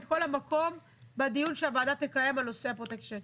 את כל המקום בדיון שהוועדה תקיים בנושא הפרוטקשן.